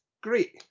great